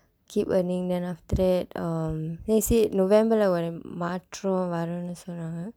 keep earning then after that um then they said november-lae ஒரு மாற்றம் வரும் சொன்னாங்க:oru maarram varum sonnaangka